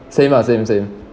same ah same same